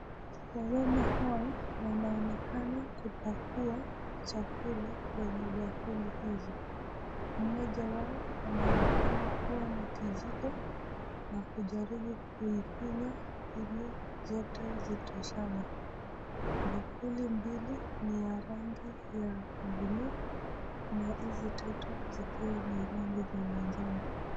Wamama hawa wanaonekana kupakua chakula kwenye bakuli hizi. Mmoja wao anaonekana kuwa na kijiko na kujaribu kuifinya ili zote zitoshane. Bakuli mbili ni ya rangi ya blue na hizi tatu zikiwa ni ya rangi ya manjano.